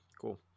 cool